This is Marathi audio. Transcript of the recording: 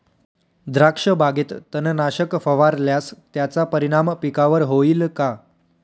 द्राक्षबागेत तणनाशक फवारल्यास त्याचा परिणाम पिकावर होईल का?